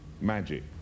magic